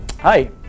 Hi